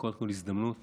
וקודם כול הזדמנות